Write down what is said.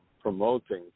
promoting